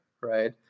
right